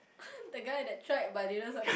the guy that tried but didn't suc~